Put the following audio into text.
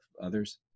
others